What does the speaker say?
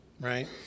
right